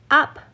up